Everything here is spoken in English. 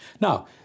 Now